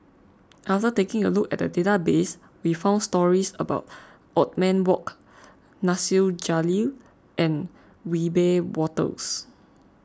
after taking a look at the database we found stories about Othman Wok Nasir Jalil and Wiebe Wolters